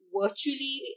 virtually